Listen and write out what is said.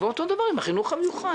ואותו דבר עם החינוך המיוחד.